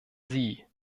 sie